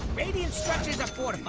radius for